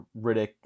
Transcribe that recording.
Riddick